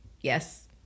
yes